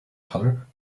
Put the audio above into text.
color